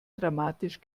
dramatisch